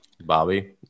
Bobby